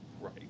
Right